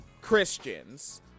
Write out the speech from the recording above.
Christians